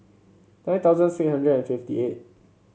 nine thousand six hundred and fifty eight